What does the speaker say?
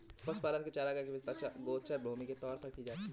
पशुपालन के लिए चारागाहों की व्यवस्था गोचर भूमि के तौर पर की जाती है